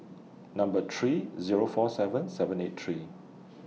Number three Zero four seven seven eight three